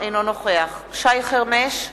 אינו נוכח שי חרמש,